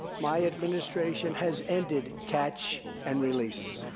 my administration has ended catch and release.